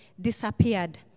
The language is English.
disappeared